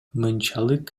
мынчалык